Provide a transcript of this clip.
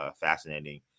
fascinating